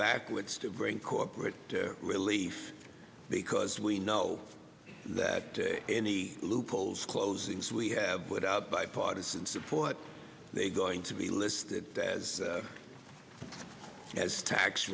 backwards to bring corporate relief because we know that any loopholes closings we have without bipartisan support they going to be listed as as tax